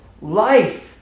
Life